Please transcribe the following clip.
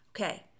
Okay